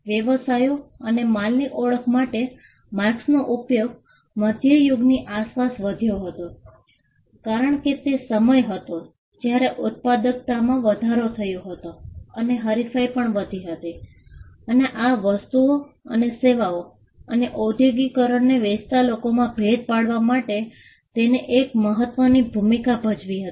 વ્યવસાયો માટે માલની ઓળખ માટે માર્કસનો ઉપયોગ મધ્ય યુગની આસપાસ વધ્યો હતો કારણ કે તે સમય હતો જ્યારે ઉત્પાદકતામાં વધારો થયો હતો અને હરીફાઈ પણ વધી હતી અને આ વસ્તુઓ અને સેવાઓ અને ઔદ્યોગિકરણને વેચતા લોકોમાં ભેદ પાડવા માટે તેને એક મહત્વની ભૂમિકા ભજવી હતી